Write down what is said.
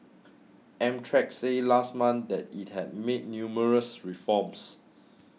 Amtrak said last month that it had made numerous reforms